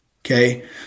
Okay